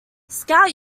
scout